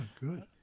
good